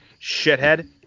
Shithead